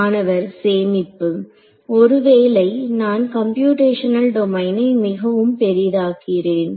மாணவர் சேமிப்பு ஒருவேளை நான் கம்ப்யுடேஷனல் டொமைனை மிகவும் பெரிதாகிறேன்